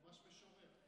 ממש משורר.